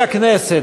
חברי הכנסת,